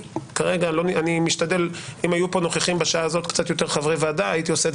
אם היו נוכחים פה בשעה הזאת קצת יותר חברי ועדה,